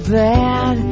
bad